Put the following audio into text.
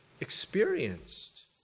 experienced